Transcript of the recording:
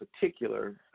particular